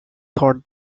thought